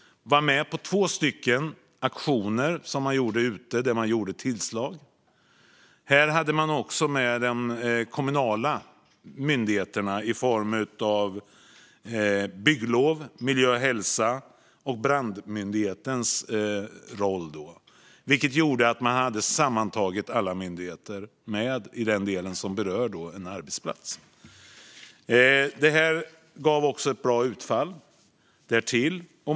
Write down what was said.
Den var med på två aktioner som man gjorde ute där man gjorde tillslag. Här hade man också med de kommunala myndigheterna i form av dem som ansvarar för bygglov, miljö och hälsa och brandmyndighetens roll. Det gjorde att man sammantaget hade alla myndigheter med i den delen som berör en arbetsplats. Det gav därtill ett bra utfall.